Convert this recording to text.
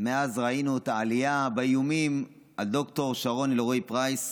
מאז ראינו את העלייה באיומים על ד"ר שרון אלרועי פרייס,